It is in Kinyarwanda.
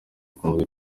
akunzwe